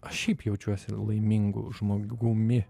aš šiaip jaučiuosi laimingu žmogumi